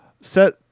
set